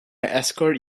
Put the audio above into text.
escort